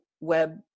web